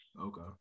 okay